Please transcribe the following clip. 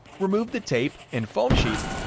remove the tape and foam sheet,